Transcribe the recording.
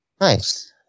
Nice